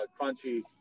crunchy